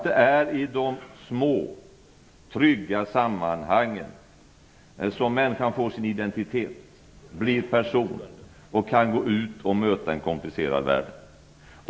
Det är i de små, trygga sammanhangen som människan får sin identitet, blir en person och kan gå ut och möta en komplicerad värld.